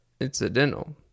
incidental